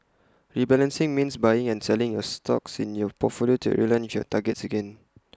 rebalancing means buying and selling A stocks in your portfolio to realign targets again